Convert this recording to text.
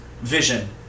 vision